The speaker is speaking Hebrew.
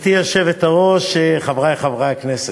גברתי היושבת-ראש, חברי חברי הכנסת,